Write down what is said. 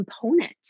component